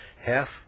half